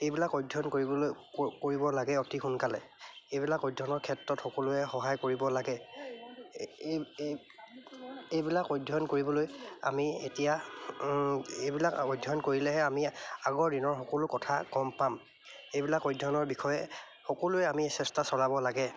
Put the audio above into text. এইবিলাক অধ্যয়ন কৰিবলৈ কৰিব লাগে অতি সোনকালে এইবিলাক অধ্যয়নৰ ক্ষেত্ৰত সকলোৱে সহায় কৰিব লাগে এইবিলাক অধ্যয়ন কৰিবলৈ আমি এতিয়া এইবিলাক অধ্যয়ন কৰিলেহে আমি আগৰ দিনৰ সকলো কথা গম পাম এইবিলাক অধ্যয়নৰ বিষয়ে সকলোৱে আমি চেষ্টা চলাব লাগে